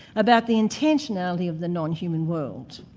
about the intentionality of the non-human world.